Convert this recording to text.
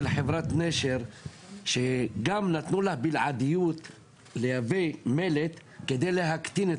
חברת נשר שגם נתנו לה בלעדיות לייבא מלט כדי להקטין את